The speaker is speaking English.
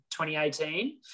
2018